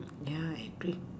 ya I agree